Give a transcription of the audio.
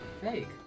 Fake